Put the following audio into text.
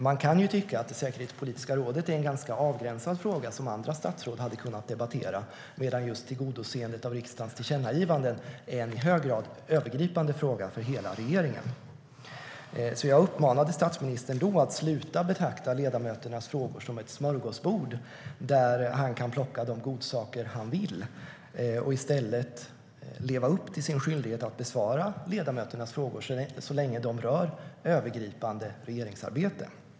Man kan tycka att det säkerhetspolitiska rådet är en ganska avgränsad fråga som andra statsråd hade kunnat debattera, medan tillgodoseendet av riksdagens tillkännagivanden är en i hög grad övergripande fråga för hela regeringen. Jag uppmanade därför statsministern att sluta betrakta ledamöternas frågor som ett smörgåsbord där han kan plocka de godsaker han vill och i stället leva upp till sin skyldighet att besvara ledamöternas frågor så länge de rör övergripande regeringsarbete.